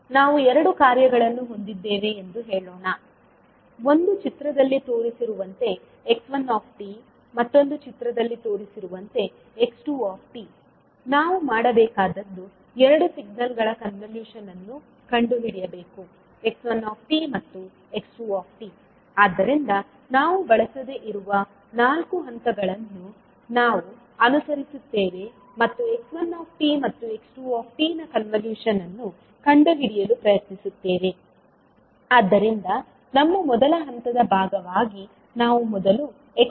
ನಾವು ಎರಡು ಕಾರ್ಯಗಳನ್ನು ಹೊಂದಿದ್ದೇವೆ ಎಂದು ಹೇಳೋಣ ಒಂದು ಚಿತ್ರದಲ್ಲಿ ತೋರಿಸಿರುವಂತೆ x1 ಮತ್ತು ಚಿತ್ರದಲ್ಲಿ ತೋರಿಸಿರುವಂತೆ x2 ನಾವು ಮಾಡಬೇಕಾದದ್ದು 2 ಸಿಗ್ನಲ್ಗಳ ಕಾನ್ವಲ್ಯೂಷನ್ ಅನ್ನು ಕಂಡುಹಿಡಿಯಬೇಕು x1 ಮತ್ತು x2 ಆದ್ದರಿಂದ ನಾವು ಬಳಸದೆ ಇರುವ ನಾಲ್ಕು ಹಂತಗಳನ್ನು ನಾವು ಅನುಸರಿಸುತ್ತೇವೆ ಮತ್ತು x1 ಮತ್ತು x2 ನ ಕಾನ್ವಲ್ಯೂಷನ್ ಅನ್ನು ಕಂಡುಹಿಡಿಯಲು ಪ್ರಯತ್ನಿಸುತ್ತೇವೆ ಆದ್ದರಿಂದ ನಮ್ಮ ಮೊದಲ ಹಂತದ ಭಾಗವಾಗಿ ನಾವು ಮೊದಲು x1 ಅನ್ನು ಫೋಲ್ಡ್ ಮಾಡುತ್ತೆವೆ